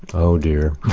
oh dear.